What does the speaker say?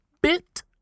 bit